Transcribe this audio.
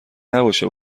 نباشه